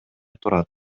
турат